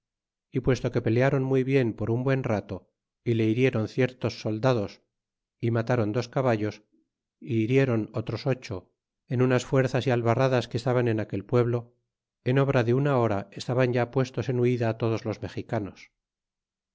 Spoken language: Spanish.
y puesto que peleron muy bien por un buen rato y le hiriéron ciertos soldados y mataron dos caballos y hiriérou otros ocho en unas fuerzas y albarradas que estaban en aquel pueblo en obra de una hora estaban ya puestos en huida todos los mexicanos